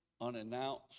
unannounced